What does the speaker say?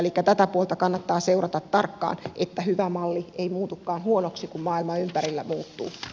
elikkä tätä puolta kannattaa seurata tarkkaan että hyvä malli ei muutukaan huonoksi kun maailma ympärillä muuttuu